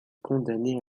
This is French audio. condamné